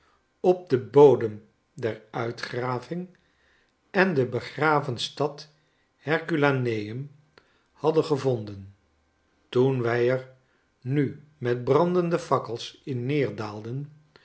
op den bodem der uitgraving en de begraven stad herculaneum hadden gevonden toen wij er nu met brandende fakkels in